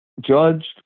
judged